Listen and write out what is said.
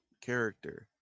character